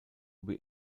über